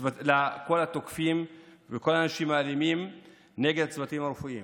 לכל התוקפים ולכל האנשים האלימים נגד הצוותים הרפואיים.